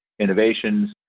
innovations